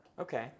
okay